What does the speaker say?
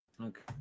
Okay